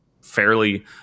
fairly